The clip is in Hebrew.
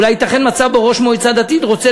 אולי ייתכן מצב שבו ראש מועצה דתית רוצה